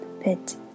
pit